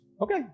Okay